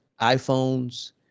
iPhones